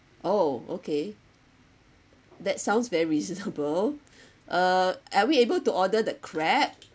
oh okay that sounds very reasonable uh are we able to order the crab